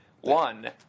One